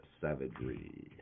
savagery